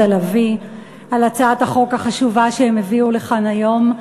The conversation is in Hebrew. לביא על הצעת החוק החשובה שהן הביאו לכאן היום.